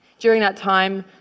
during that time,